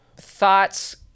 Thoughts